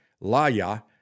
Laya